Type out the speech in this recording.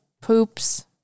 poops